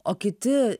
o kiti